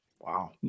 Wow